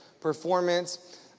performance